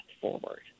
forward